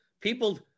people